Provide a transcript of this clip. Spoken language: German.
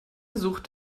sucht